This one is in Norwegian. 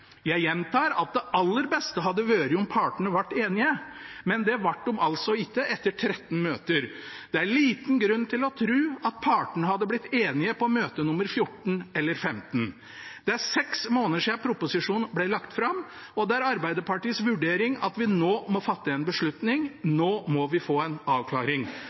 Jeg gjentar at det aller beste hadde vært om partene ble enige, men det ble de altså ikke etter 13 møter. Det er liten grunn til å tro at partene hadde blitt enige på møte nr. 14 eller 15. Det er seks måneder siden proposisjonen ble lagt fram, og det er Arbeiderpartiets vurdering at vi nå må fatte en beslutning, nå må vi få en avklaring.